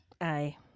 Aye